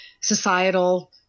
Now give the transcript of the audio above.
societal